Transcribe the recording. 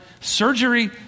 surgery